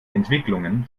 entwicklungen